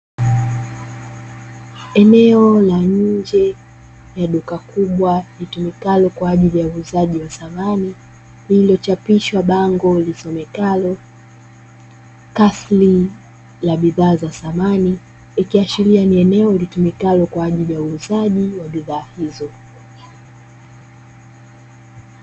Eneo la nje ya duka kubwa litumikalo kwa ajili ya uuzaji wa samani, lililochapishwa bango lisomekalo "Kasri la bidhaa za samani", ikiashiria ni eneo litumikalo kwa ajili ya uuzaji wa bidhaa hizo.